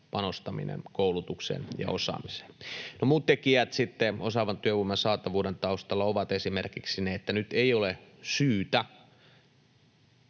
panostaminen koulutukseen ja osaamiseen. No muita tekijöitä sitten osaavan työvoiman saatavuuden taustalla on esimerkiksi se, että nyt ei ole syytä